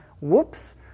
whoops